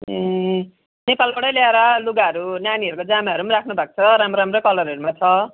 ए नेपालबाटै ल्याएर लुगाहरू नानीहरूको जामाहरू पनि राख्नुभएको छ राम्रो राम्रो कलरहरूमा छ